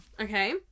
okay